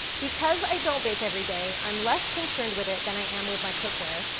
because i don't bake everyday, i'm less concerned with it than i am with my cookware,